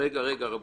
אני